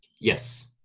Yes